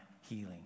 healing